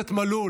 הכנסת מלול,